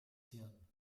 hirn